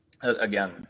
Again